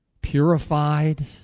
purified